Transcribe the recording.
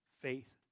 faith